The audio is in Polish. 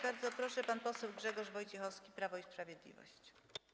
Bardzo proszę, pan poseł Grzegorz Wojciechowski, Prawo i Sprawiedliwość.